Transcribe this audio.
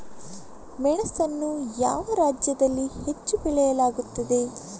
ಮೆಣಸನ್ನು ಯಾವ ರಾಜ್ಯದಲ್ಲಿ ಹೆಚ್ಚು ಬೆಳೆಯಲಾಗುತ್ತದೆ?